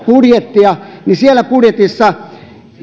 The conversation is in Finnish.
budjettia siellä budjetissa